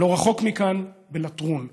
לא רחוק מכאן, בלטרון.